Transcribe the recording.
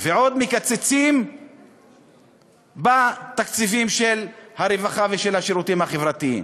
ועוד מקצצים בתקציבי הרווחה ובתקציבים של השירותים החברתיים.